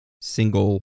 single